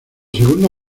segunda